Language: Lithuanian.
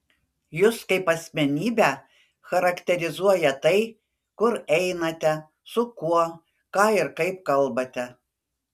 jus kaip asmenybę charakterizuoja tai kur einate su kuo ką ir kaip kalbate